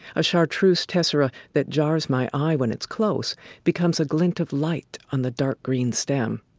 a chartreuse tessera that jars my eye when it's close becomes a glint of light on the dark green stem.